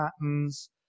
patterns